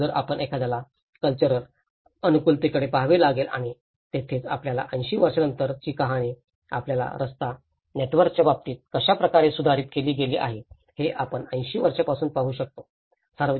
परंतु जर आपण एखाद्याला कल्चरल अनुकूलतेकडे पहावे लागेल आणि तेथेच आपल्याला 80 वर्षांनंतर तीच कहाणी आपल्या रस्ता नेटवर्कच्या बाबतीत कशा प्रकारे सुधारित केली गेली आहे हे आपण 80 वर्षांनंतर पाहू शकतो